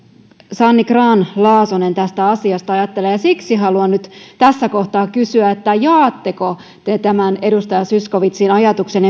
sanni grahn laasonen tästä asiasta ajattelee ja siksi haluan nyt tässä kohtaa kysyä jaatteko te tämän edustaja zyskowiczin ajatuksen